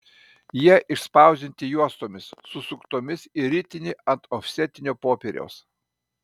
jie išspausdinti juostomis susuktomis į ritinį ant ofsetinio popieriaus